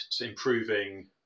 improving